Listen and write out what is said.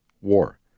War